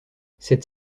cette